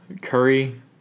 Curry